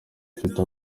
ufite